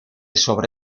sobre